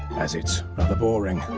as it's rather boring.